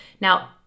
Now